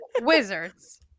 wizards